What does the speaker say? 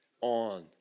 on